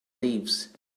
leaves